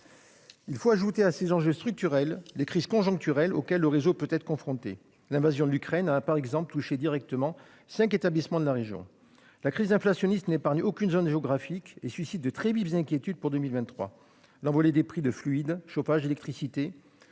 homologués. À ces enjeux structurels s'ajoutent les crises conjoncturelles auxquelles le réseau peut être confronté : l'invasion de l'Ukraine a par exemple touché directement cinq établissements de la région. La crise inflationniste n'épargne aucune zone géographique et suscite de très vives inquiétudes pour 2023. L'envolée des prix des fluides- le chauffage, l'électricité